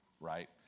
right